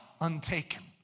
untaken